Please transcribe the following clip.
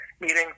meetings